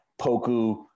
Poku